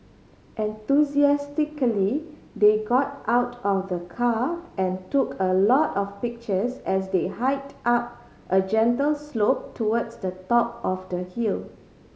enthusiastically they got out of the car and took a lot of pictures as they hiked up a gentle slope towards the top of the hill